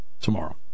tomorrow